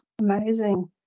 Amazing